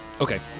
Okay